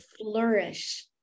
flourish